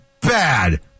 bad